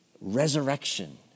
resurrection